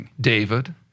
David